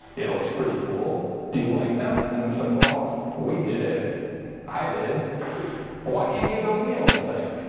it looks pretty cool do you like them and it's like well we did it i did but why can't you build me a website